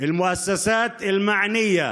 המוסדות המוסמכים,